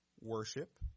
worship